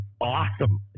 awesome